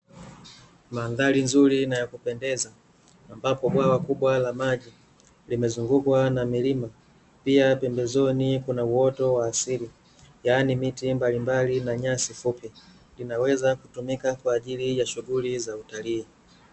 Mandhari nzuri na ya kupendeza ambapo bwawa kubwa la maji limezungukwa na milima, pia pembezoni kuna uoto wa asili, yaani miti mbalimbali na nyasi fupi. Linaweza kutumika kwa ajili ya shughuli za utalii.